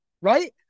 Right